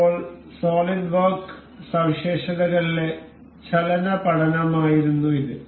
ഇപ്പോൾ solid work സവിശേഷതകളിലെ ചലന പഠനമായിരുന്നു ഇത്